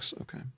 Okay